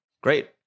Great